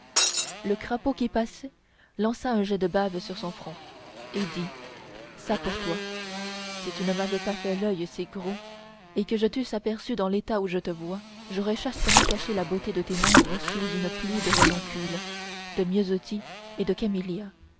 le crapaud qui passait lança un jet de bave sur son front et dit ça pour toi si tu ne m'avais fait l'oeil si gros et que je t'eusse aperçu dans l'état où je te vois j'aurais chastement caché la beauté de tes membres sous une pluie de renoncules de myosotis et de camélias